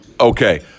okay